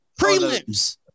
prelims